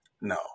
No